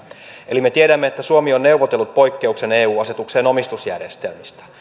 eli me tiedämme että suomi on neuvotellut poikkeuksen eu asetukseen omistusjärjestelmistä